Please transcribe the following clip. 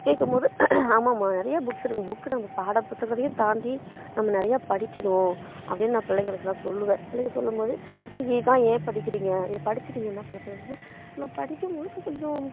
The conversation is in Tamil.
கேட்கும் போது ஆமாம்மா நிறைய புக்ஸ் இருக்குது புக்கு நாங்கள் பாட புத்தகத்தை தாண்டி நம்ம நிறையா படிக்கணும் அப்படின்னு நான் பிள்ளைங்களுக்கு நான் சொல்லுவேன் பிள்ளைங்க சொல்லும் போது அக்கா இதான் ஏன் படிக்கிறீங்க இதை படித்து நீங்கள் என்ன பண்ண போகிறீங்க அப்படின்னு நான் படிக்கும் போது கொஞ்சம்